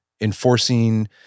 enforcing